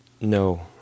No